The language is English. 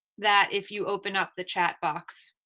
that if you open up the chat box.